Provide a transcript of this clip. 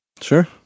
Sure